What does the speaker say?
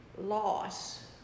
loss